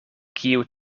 kiu